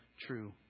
true